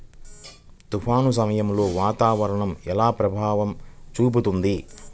తుఫాను సమయాలలో వాతావరణం ఎలా ప్రభావం చూపుతుంది?